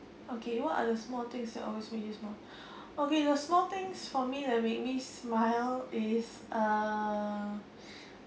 okay what are the small things that always makes you smile okay the small things for me that make me smile is a